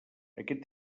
aquest